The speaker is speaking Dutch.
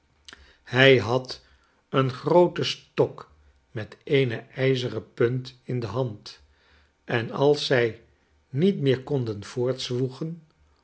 hij had een grooten stok met eene ijzeren punt in de hand en als zij niet meer konden